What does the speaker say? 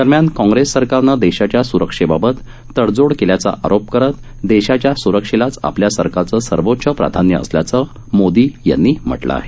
दरम्यान काँग्रेस सरकारनं देशाच्या स्रक्षेबाबत तडजोड केल्याचा आरोप करत देशाच्या स्रक्षेलाच आपल्या सरकारचं सर्वोच्च प्राधान्य असल्याचं मोदी यांनी म्हटलं आहे